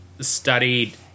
studied